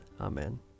Amen